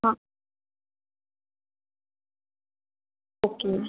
हाँ ओके